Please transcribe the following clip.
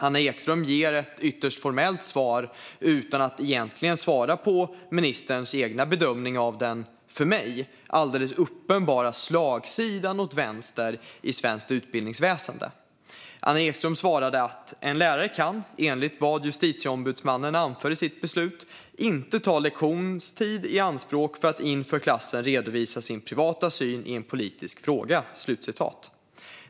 Anna Ekström ger ett ytterst formellt svar utan att egentligen svara på frågan om ministerns egen bedömning av den för mig alldeles uppenbara slagsidan åt vänster i svenskt utbildningsväsen. Anna Ekström svarade att en lärare enligt vad Justitieombudsmannen anför i sitt beslut inte kan ta lektionstid i anspråk för att inför klassen redovisa sin privata syn i en politisk fråga.